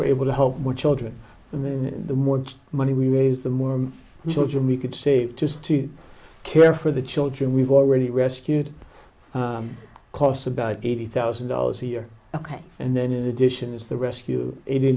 were able to help more children when the more money we raise the more children we could save just to care for the children we've already rescued costs about eighty thousand dollars a year ok and then in addition is the rescue